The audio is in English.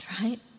right